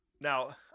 now